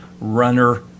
Runner